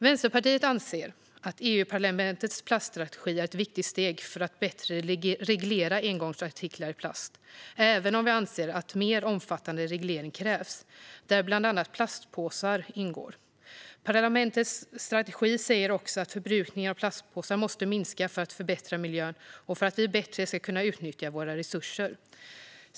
Vänsterpartiet anser att EU-parlamentets plaststrategi är ett viktigt steg för att bättre reglera engångsartiklar i plast även om vi anser att mer omfattande reglering krävs där bland annat även plastpåsar ingår. Parlamentets strategi anger också att förbrukningen av plastpåsar måste minska för att miljön ska förbättras och för att vi bättre ska kunna utnyttja våra resurser.